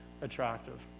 attractive